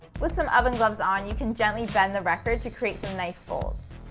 with some oven gloves on, you can gently bend the record to create some nice folds.